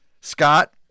Scott